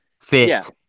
Fit